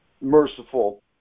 merciful